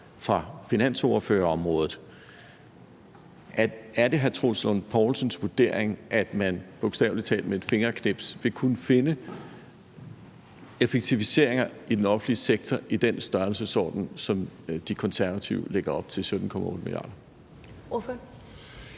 fra finansordførerområdet. Er det hr. Troels Lund Poulsens vurdering, at man bogstavelig talt med et fingerknips vil kunne finde effektiviseringer i den offentlige sektor i den størrelsesorden, som De Konservative lægger op til, på 17,8 mia. kr.?